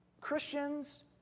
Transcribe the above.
Christians